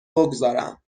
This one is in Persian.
بگذارم